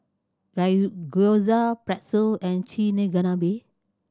Gyoza Pretzel and Chigenabe